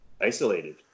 isolated